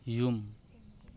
ꯌꯨꯝ